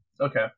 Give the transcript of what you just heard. Okay